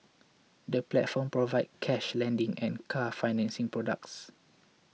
the platform provides cash lending and car financing products